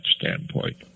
standpoint